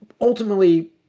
Ultimately